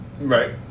right